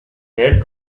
head